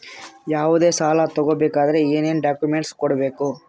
ಯಾವುದೇ ಸಾಲ ತಗೊ ಬೇಕಾದ್ರೆ ಏನೇನ್ ಡಾಕ್ಯೂಮೆಂಟ್ಸ್ ಕೊಡಬೇಕು?